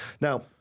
Now